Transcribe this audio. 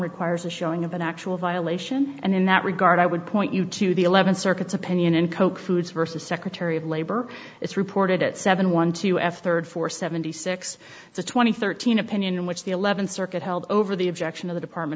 requires a showing of an actual violation and in that regard i would point you to the eleventh circuit's opinion in coke foods versus secretary of labor it's reported at seven one two f third four seventy six the two thousand and thirteen opinion which the eleventh circuit held over the objection of the department